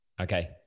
Okay